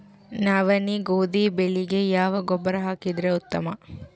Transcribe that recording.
ನವನಿ, ಗೋಧಿ ಬೆಳಿಗ ಯಾವ ಗೊಬ್ಬರ ಹಾಕಿದರ ಉತ್ತಮ?